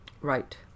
Right